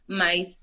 mas